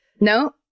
No